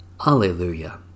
Hallelujah